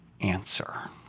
answer